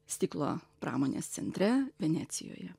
stiklo pramonės centre venecijoje